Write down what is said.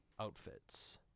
outfits